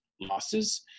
losses